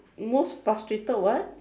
most frustrated what